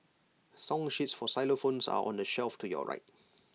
song sheets for xylophones are on the shelf to your right